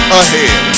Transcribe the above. ahead